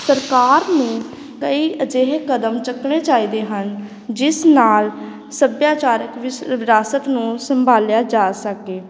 ਸਰਕਾਰ ਨੂੰ ਕਈ ਅਜਿਹੇ ਕਦਮ ਚੱਕਣੇ ਚਾਹੀਦੇ ਹਨ ਜਿਸ ਨਾਲ ਸੱਭਿਆਚਾਰਕ ਵਿਸ ਵਿਰਾਸਤ ਨੂੰ ਸੰਭਾਲਿਆ ਜਾ ਸਕੇ